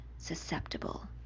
susceptible